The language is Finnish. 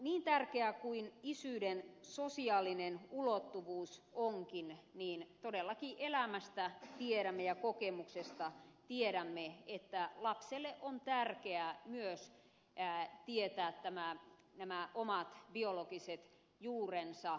niin tärkeää kuin isyyden sosiaalinen ulottuvuus onkin todellakin elämästä tiedämme ja kokemuksesta tiedämme että lapselle on tärkeää myös tietää nämä omat biologiset juurensa